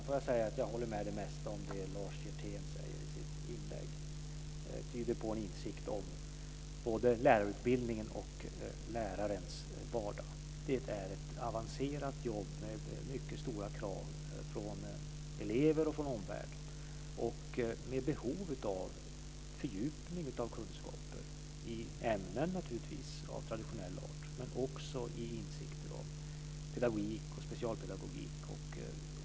Fru talman! Jag håller med om det mesta som Lars Hjertén säger i sitt inlägg, som tyder på insikt om både lärarutbildningen och lärarens vardag. Det är ett avancerat jobb med mycket stora krav från elever och från omvärld. Det är också ett jobb med behov av fördjupning av kunskaper - naturligtvis i ämnen av traditionell art, men också i insikter om pedagogik, specialpedagogik och barns och ungdomars uppväxtvillkor.